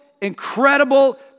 incredible